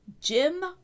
Jim